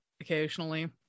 occasionally